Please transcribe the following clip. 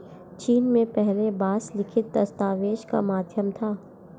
चीन में पहले बांस लिखित दस्तावेज का माध्यम था